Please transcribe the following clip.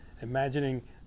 Imagining